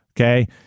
okay